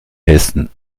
hessen